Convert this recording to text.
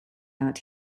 out